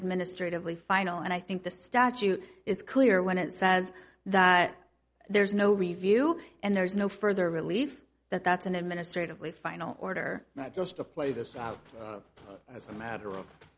administratively final and i think the statute is clear when it says that there's no review and there's no further relief that that's an administrative leave final order not just to play this out as a matter of